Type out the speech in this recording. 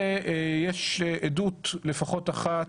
בנוסף, יש עדות, לפחות אחת,